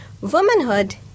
womanhood